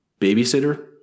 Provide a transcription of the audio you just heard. babysitter